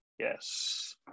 Yes